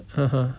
(uh huh)